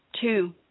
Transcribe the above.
two